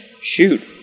shoot